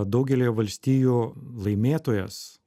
daugelyje valstijų laimėtojas